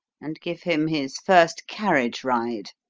and give him his first carriage ride.